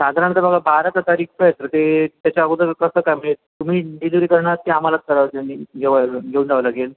साधारणतः बघा बाराचा तारीखचं ते त्याच्या अगोदर कसं काय म्हणजे तुम्ही डिलिव्हरी करणार की आम्हालाच करावं घेऊन जावं लागेल